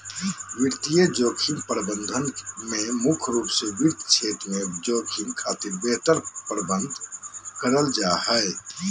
वित्तीय जोखिम प्रबंधन में मुख्य रूप से वित्त क्षेत्र में जोखिम खातिर बेहतर प्रबंध करल जा हय